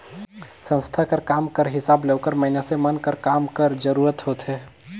संस्था कर काम कर हिसाब ले ओकर मइनसे मन कर काम कर जरूरत होथे